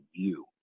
view